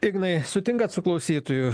ignai sutinkat su klausytoju